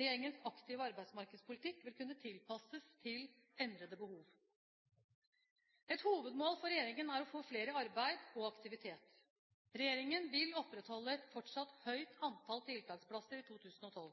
Regjeringens aktive arbeidsmarkedspolitikk vil kunne tilpasses til endrede behov. Et hovedmål for regjeringen er å få flere i arbeid og aktivitet. Regjeringen vil opprettholde et fortsatt høyt antall tiltaksplasser i 2012.